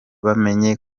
bamenye